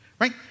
right